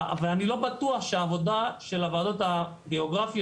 ואני לא בטוח שהעבודה של הוועדות הגיאוגרפיות,